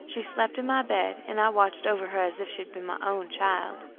she slept in my bed, and i watched over her as if she had been my own child.